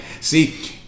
See